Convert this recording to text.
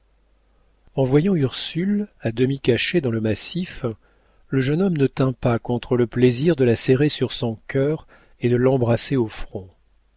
en voyant ursule à demi cachée dans le massif le jeune homme ne tint pas contre le plaisir de la serrer sur son cœur et de l'embrasser au front